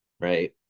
Right